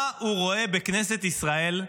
מה הוא רואה בכנסת ישראל,